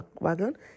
wagon